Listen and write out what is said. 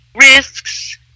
risks